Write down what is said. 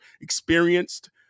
experienced